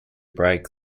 break